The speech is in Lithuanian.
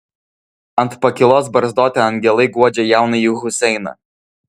ant pakylos barzdoti angelai guodžia jaunąjį huseiną